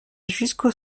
jusqu’au